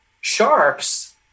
Sharks